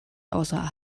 außer